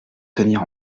tenir